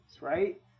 Right